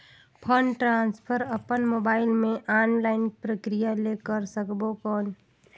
Fund transfer अपन mobile मे online प्रक्रिया ले कर सकबो कौन?